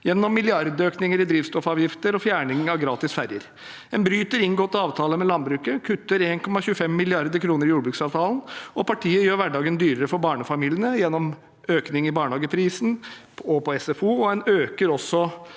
gjennom milliardøkninger i drivstoffavgifter og fjerning av gratis ferjer. En bryter inngåtte avtaler med landbruket og kutter 1,25 mrd. kr i jordbruksavtalen, og partiet gjør hverdagen dyrere for barnefamiliene gjennom økning i barnehageprisen og på SFO. En øker også